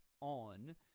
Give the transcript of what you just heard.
on